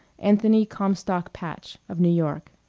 anthony comstock patch, of new york.